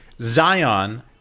Zion